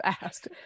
asked